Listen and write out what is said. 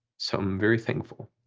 so i'm very thankful.